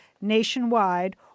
nationwide